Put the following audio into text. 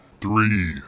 Three